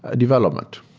ah development.